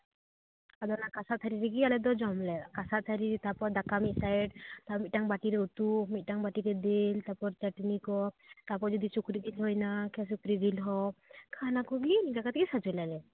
ᱟᱫᱚ ᱚᱱᱟ ᱠᱟᱥᱟ ᱛᱷᱟᱹᱨᱤ ᱨᱮᱜᱮ ᱟᱞᱮ ᱫᱚ ᱡᱚᱢᱟᱞᱮ ᱠᱟᱥᱟ ᱛᱷᱟᱹᱨᱤ ᱛᱟᱯᱚᱨ ᱫᱟᱠᱟ ᱢᱤᱫ ᱥᱟᱭᱤᱰ ᱢᱤᱫᱴᱟᱝ ᱵᱟᱹᱴᱤᱨᱮ ᱩᱛᱩ ᱢᱤᱫᱴᱟᱝ ᱵᱟᱹᱴᱤᱨᱮ ᱫᱟᱹᱞ ᱛᱟᱯᱚᱨ ᱪᱟᱹᱴᱱᱤ ᱠᱚ ᱛᱟᱯᱚᱨ ᱡᱩᱫᱤ ᱥᱩᱠᱨᱤ ᱡᱤᱞ ᱦᱩᱭᱱᱟ ᱥᱩᱠᱨᱤ ᱡᱤᱞ ᱦᱚᱸ ᱚᱱᱟᱠᱚᱜᱮ ᱤᱱᱠᱟᱹ ᱠᱟᱛᱮ ᱦᱟᱡᱚᱢᱟᱞᱮ